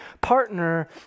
partner